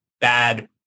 bad